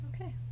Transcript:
Okay